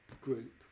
group